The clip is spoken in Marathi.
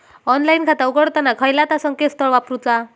ऑनलाइन खाता उघडताना खयला ता संकेतस्थळ वापरूचा?